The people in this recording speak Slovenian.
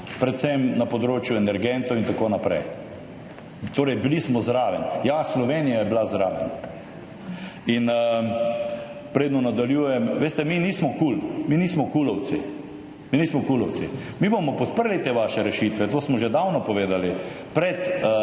predvsem na področju energentov in tako naprej. Torej bili smo zraven, ja, Slovenija je bila zraven. In predno nadaljujem, veste, mi nismo KUL, mi nismo Kulovci. Mi bomo podprli te vaše rešitve, to smo že davno povedali, pred